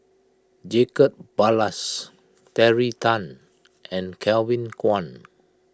Jacob Ballas Terry Tan and Kevin Kwan